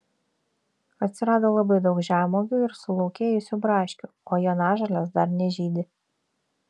atsirado labai daug žemuogių ir sulaukėjusių braškių o jonažolės dar nežydi